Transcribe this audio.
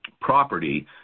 property –